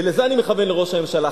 ולזה אני מכוון לראש הממשלה.